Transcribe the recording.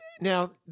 now